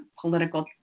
political